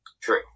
True